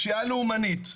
פשיעה לאומנית.